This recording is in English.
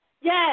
Yes